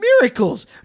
miracles